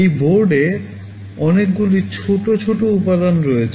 এই বোর্ডে অনেকগুলি ছোট ছোট উপাদান রয়েছে